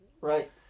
Right